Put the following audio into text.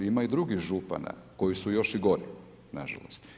Ima i drugih župana koji su još i gori, nažalost.